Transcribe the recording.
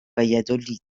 valladolid